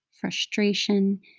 frustration